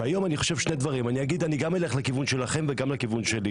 והיום אני חושב שני דברים אני גם אלך לכיוון שלכם וגם לכיוון שלי.